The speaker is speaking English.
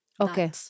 Okay